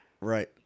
right